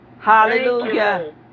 Hallelujah